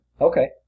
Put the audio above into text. Okay